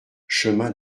chemin